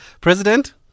President